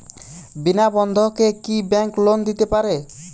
বিনা বন্ধকে কি bank loan দিতে পারে?